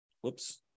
whoops